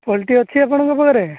poultry ଅଛି ଆପଣଙ୍କ ପାଖରେ